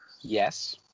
Yes